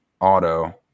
auto